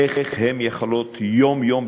איך הן יכולות יום-יום,